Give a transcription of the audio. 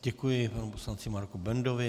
Děkuji panu poslanci Marku Bendovi.